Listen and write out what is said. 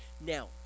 now